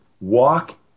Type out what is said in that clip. Walk